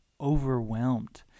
overwhelmed